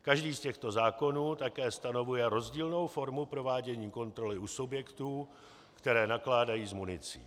Každý z těchto zákonů také stanovuje rozdílnou formu provádění kontroly u subjektů, které nakládají s municí.